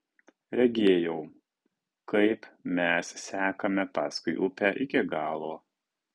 regėjau kaip mes sekame paskui upę iki galo